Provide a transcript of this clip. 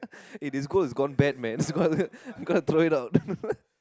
eh this gold has gone bad man I'm gonna throw it out